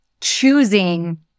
choosing